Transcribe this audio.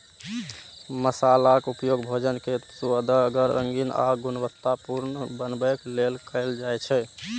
मसालाक उपयोग भोजन कें सुअदगर, रंगीन आ गुणवतत्तापूर्ण बनबै लेल कैल जाइ छै